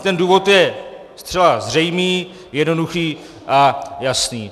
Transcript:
Ten důvod je zcela zřejmý, jednoduchý a jasný.